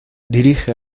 dirige